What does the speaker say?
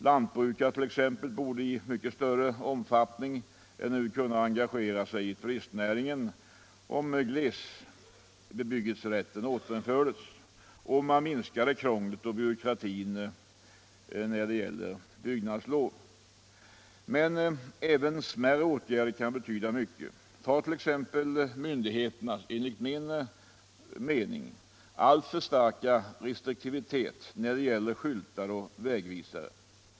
Lantbrukare t.ex. borde i mycket större omfattning än nu kunna engagera sig i turistnäringen, om glesbebyggelserätten återinfördes och om man minskade krånglet och byråkratin när det gäller byggnadslov. Men även smärre åtgärder kan betyda mycket. Tag t.ex. myndigheternas enligt min mening alltför starka restriktivitet när det gäller skyltar och vägvisare.